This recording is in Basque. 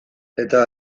eta